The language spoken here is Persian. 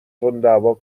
تنددعوا